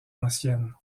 ancienne